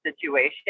situation